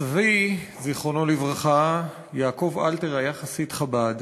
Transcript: סבי ז"ל, יעקב אלתר, היה חסיד חב"ד,